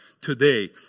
today